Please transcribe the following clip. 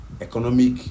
economic